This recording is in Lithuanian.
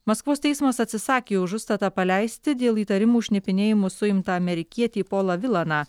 maskvos teismas atsisakė už užstatą paleisti dėl įtarimų šnipinėjimu suimtą amerikietį polą vilaną